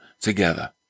together